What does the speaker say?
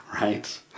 right